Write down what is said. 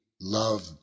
love